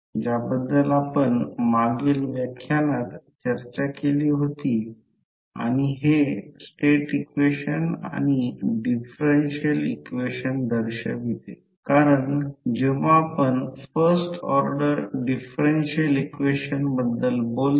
आता ज्याप्रमाणे आपण करंटचे भाग करतो त्याच प्रकारे ∅2 प्रत्यक्षात ∅21 ∅2 हे ∅21 ∅1 R3 R3 R2 लिहू शकतो ∅1 हा टोटल फ्लक्स आहे करंट डिव्हिजन डायोड आणि येथे फ्लक्स डिव्हिजन देखील आहे